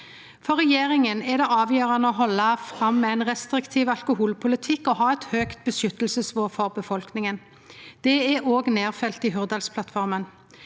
For regjeringa er det avgjerande å halde fram med ein restriktiv alkoholpolitikk og ha eit høgt nivå av vern for befolkninga. Det er òg nedfelt i Hurdalsplattforma.